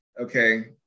Okay